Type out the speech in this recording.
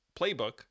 playbook